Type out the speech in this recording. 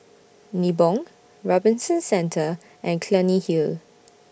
Nibong Robinson Centre and Clunny Hill